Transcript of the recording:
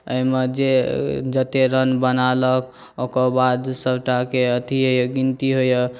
एहिमे जे जतेक रन बनेलक ओकर बाद सभटाके गिनती होइए